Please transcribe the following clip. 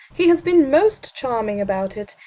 he has been most charming about it.